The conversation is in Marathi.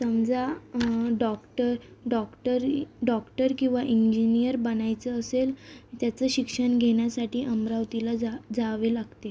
समजा डॉक्टर डॉक्टरी डॉक्टर किंवा इंजिनियर बनायचं असेल त्याचं शिक्षण घेण्यासाठी अमरावतीला जा जावे लागते